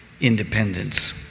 independence